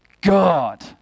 God